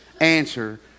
answer